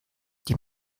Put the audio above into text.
die